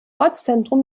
ortszentrum